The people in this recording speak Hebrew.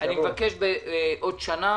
אני מבקש שבעוד שנה